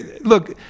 Look